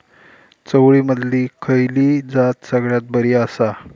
चवळीमधली खयली जात सगळ्यात बरी आसा?